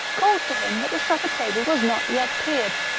called to him that the supper table was not yet cleared,